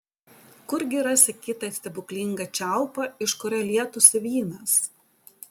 kurgi rasi kitą stebuklingą čiaupą iš kurio lietųsi vynas